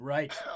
Right